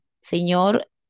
señor